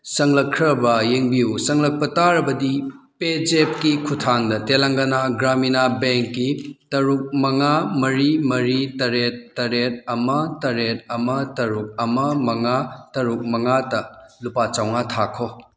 ꯆꯪꯂꯛꯈ꯭ꯔꯕ ꯌꯦꯡꯕꯤꯌꯨ ꯆꯪꯂꯛꯄ ꯇꯥꯔꯕꯗꯤ ꯄꯦꯖꯦꯞꯀꯤ ꯈꯨꯊꯥꯡꯗ ꯇꯦꯂꯪꯒꯅꯥ ꯒ꯭ꯔꯥꯃꯤꯟ ꯕꯦꯡꯀꯤ ꯇꯔꯨꯛ ꯃꯉꯥ ꯃꯔꯤ ꯃꯔꯤ ꯇꯔꯦꯠ ꯇꯔꯦꯠ ꯑꯃ ꯇꯔꯦꯠ ꯑꯃ ꯇꯔꯨꯛ ꯑꯃ ꯃꯉꯥ ꯇꯔꯨꯛ ꯃꯉꯥꯗ ꯂꯨꯄꯥ ꯆꯝꯉꯥ ꯊꯥꯈꯣ